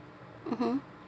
(uh huh)